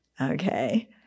Okay